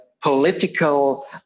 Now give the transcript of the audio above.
political